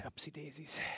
upsy-daisies